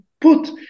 put